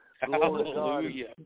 Hallelujah